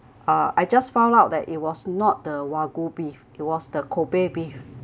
uh I just found out that it was not the wagyu beef it was the kobe beef